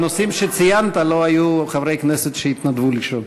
בנושאים שציינת לא היו חברי כנסת שהתנדבו לשאול.